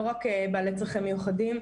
לא רק בעלי צרכים מיוחדים,